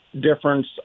difference